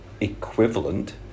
equivalent